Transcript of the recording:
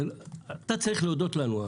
אתה צריך להודות לנו,